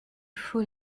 faut